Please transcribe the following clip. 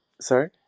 Sorry